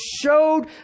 showed